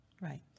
right